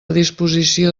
disposició